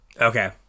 Okay